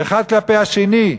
אחד כלפי השני,